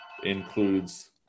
includes